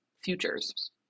futures